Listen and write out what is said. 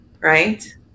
right